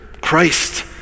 Christ